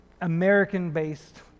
American-based